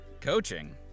Coaching